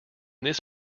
this